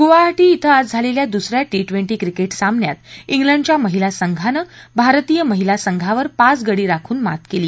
गुवाहाटी इथं आज झालेल्या दुस या टी टवेंटी क्रिकेट सामन्यात इंग्लंडच्या महिला संघानं भारतीय महिला संघांवर पाच गडी राखून मात केली